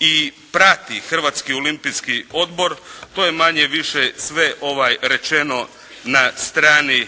i prati Hrvatski olimpijski odbor. To je manje-više sve rečeno na strani